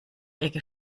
ecke